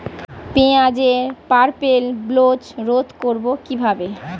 পেঁয়াজের purple blotch রোধ করবো কিভাবে?